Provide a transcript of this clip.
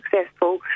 successful